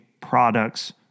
products